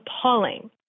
appalling